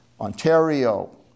Ontario